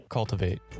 Cultivate